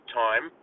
time